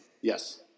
Yes